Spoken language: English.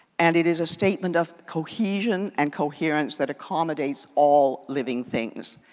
and it is a statement of cohesion and cohereence that accommodates all living things.